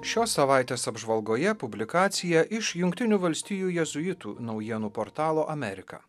šios savaitės apžvalgoje publikacija iš jungtinių valstijų jėzuitų naujienų portalo amerika